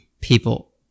People